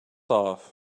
off